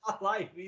life